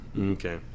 Okay